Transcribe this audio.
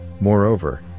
Moreover